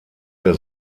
der